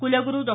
कुलगुरु डॉ